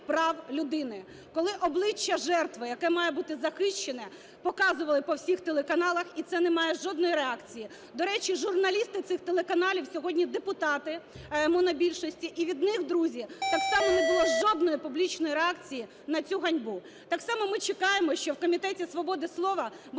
прав людини, коли обличчя жертви, яке має бути захищене, показували по всіх телеканалах, і це не має жодної реакції. До речі, журналісти цих телеканалів сьогодні депутати монобільшості, і від них, друзі, так само не було жодної публічної реакції на цю ганьбу. Так само ми чекаємо, що в Комітеті свободи слова